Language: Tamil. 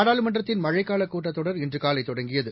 நாடாளுமன்றத்தின் மழைக்கால கூட்டத்தொடர் இன்று காலை தொடங்கியது